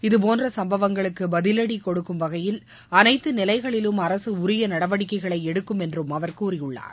இதுபோன்ற சும்பவங்களுக்கு பதிலடி கொடுக்கும் வகையில் அனைத்து நிலைகளிலும் அரசு உரிய நடவடிக்கைகளை எடுக்கும் என்று அவர் கூறியுள்ளார்